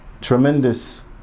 tremendous